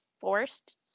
forced